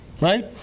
right